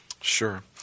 Sure